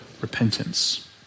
repentance